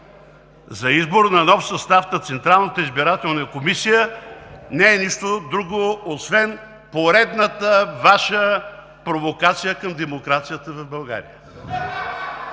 Ви днес за нов състав на Централната избирателна комисия не е нищо друго освен поредната Ваша провокация към демокрацията на България.